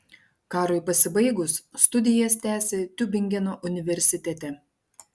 karui pasibaigus studijas tęsė tiubingeno universitete